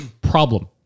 Problem